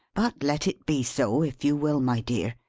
but let it be so, if you will, my dear.